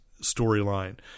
storyline